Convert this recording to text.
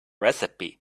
recipe